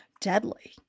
deadly